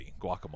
Guacamole